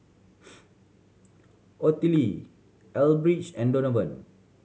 Ottilie Elbridge and Donovan